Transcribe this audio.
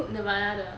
nirvana 的